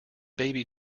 baby